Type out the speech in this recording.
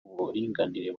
uburinganire